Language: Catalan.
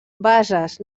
bases